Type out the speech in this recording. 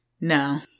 No